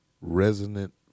resonant